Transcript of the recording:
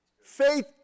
Faith